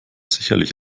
sicherlich